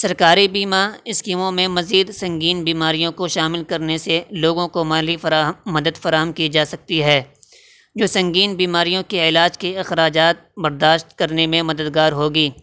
سرکاری بیمہ اسکیموں میں مزید سنگین بیماریوں کو شامل کرنے سے لوگوں کو مالی مالی مدد فراہم کی جا سکتی ہے جو سنگین بیماریوں کے علاج کے اخراجات برداشت کرنے میں مددگار ہوگی